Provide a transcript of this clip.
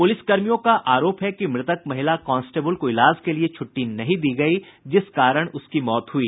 पुलिसकर्मियों का आरोप है कि मृतक महिला कांस्टेबल को इलाज के लिए छुट्टी नहीं दी गयी जिस कारण उसकी मौत हुई